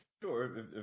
sure